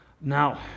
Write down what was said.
Now